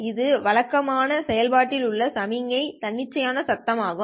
இது வழக்கமான செயல்பாட்டில் உள்ள சமிக்ஞை தன்னிச்சையான சத்தம் ஆகும்